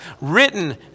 written